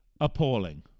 appalling